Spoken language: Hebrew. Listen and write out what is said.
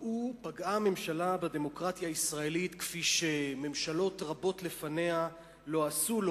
פגעה הממשלה בדמוקרטיה הישראלית כפי שממשלות רבות לפניה לא עשו,